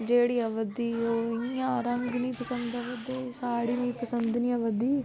जेह्ड़ी अवा दी ओह् इ'यां रंग नी पंसद अवा दे साड़ी मिगी पंसद नी अवा दी